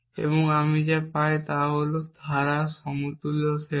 এবং আমি যা পাই তা হল ধারার সমতুল্য সেট